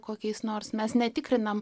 kokiais nors mes netikrinam